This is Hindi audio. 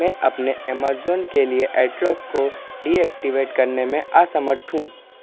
मैं अपने अमेज़न के लिए एट्रॉप को डीऐक्टिवेट करने में असमर्थ हूँ